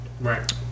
Right